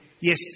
Yes